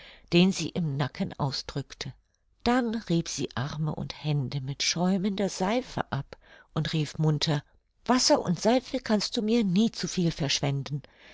den sie im nacken ausdrückte dann rieb sie arme und hände mit schäumender seife ab und rief munter wasser und seife kannst du mir nie zu viel verschwenden